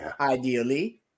ideally